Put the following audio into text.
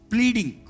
Pleading